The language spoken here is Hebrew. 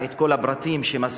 גם את כל הפרטים שמסר,